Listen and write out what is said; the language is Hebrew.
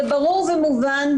זה ברור ומובן,